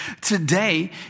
today